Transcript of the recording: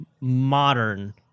modern